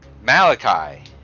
Malachi